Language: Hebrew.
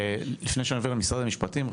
לפני שאני עובר למשרד המשפטים,